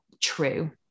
true